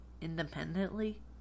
independently